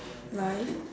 life